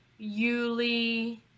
Yuli